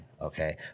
okay